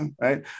right